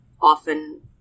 often